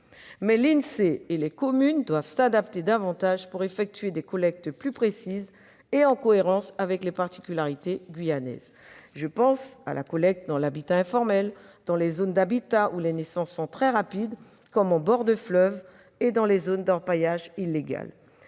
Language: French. Mais l'Insee et les communes doivent s'adapter davantage pour effectuer des collectes plus précises et en cohérence avec les particularités guyanaises. Je pense à la collecte dans l'habitat informel, dans les zones d'habitat où les naissances sont très rapides, comme en bord de fleuve et dans les zones d'orpaillage illégal.